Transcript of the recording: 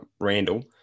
Randall